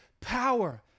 power